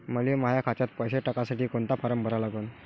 मले माह्या खात्यात पैसे टाकासाठी कोंता फारम भरा लागन?